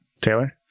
Taylor